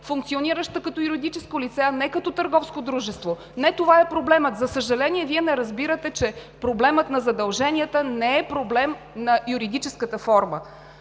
функционираща като юридическо лице, а не като търговско дружество. Не това е проблемът. За съжаление, Вие не разбирате, че проблемът на задълженията не е проблем на юридическата форма.